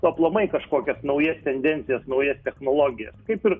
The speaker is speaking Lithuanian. aplamai kažkokias naujas tendencijas naujas technologijas kaip ir